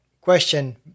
question